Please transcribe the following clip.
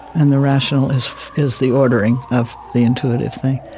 and the rational is is the ordering of the intuitive thing.